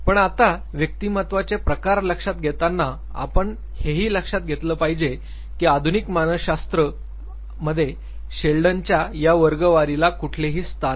पण आता व्यक्तिमत्वाचे प्रकार लक्षात घेताना आपण हेही लक्षात घेतलं पाहिजे की आधुनिक मानसशास्त्र मध्ये शेल्डनच्या या वर्गवारीला कुठलेही स्थान नाही